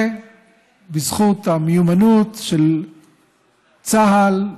ובזכות המיומנות של צה"ל,